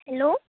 hello